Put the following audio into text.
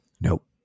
Nope